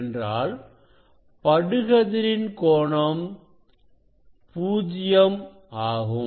ஏனென்றால் படுகதிர் இன் கோணம் 0 ஆகும்